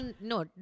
No